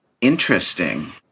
interesting